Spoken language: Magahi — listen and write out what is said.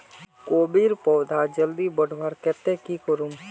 कोबीर पौधा जल्दी बढ़वार केते की करूम?